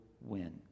win